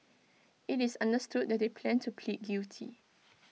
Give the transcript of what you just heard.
IT is understood that they plan to plead guilty